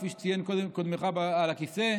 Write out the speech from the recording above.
כפי שציין קודם קודמך על הכיסא,